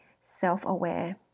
self-aware